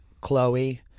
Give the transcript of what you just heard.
Chloe